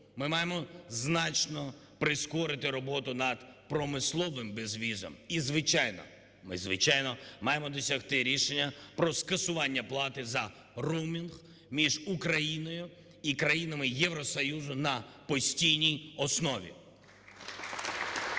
Ми маємо значно прискорити роботу над промисловим безвізом. І, звичайно, ми звичайно маємо досягти рішення про скасування плати за роумінг між Україною і країнами Євросоюзу на постійній основі.